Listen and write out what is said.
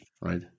right